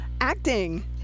Acting